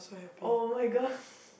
[oh]-my-god